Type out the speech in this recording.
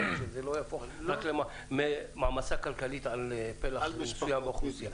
שזה לא יהפוך למעמסה כלכלית על פלח מסוים באוכלוסייה.